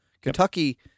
Kentucky